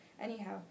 Anyhow